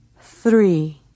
three